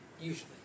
Usually